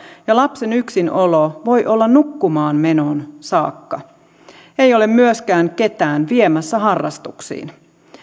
ja lapsen yksinolo voi olla nukkumaanmenoon saakka ei ole myöskään ketään viemässä harrastuksiin